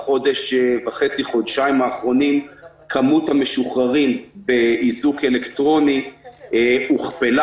בחודש וחצי חודשיים האחרונים כמות המשוחררים באיזוק אלקטרוני הוכפלה